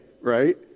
right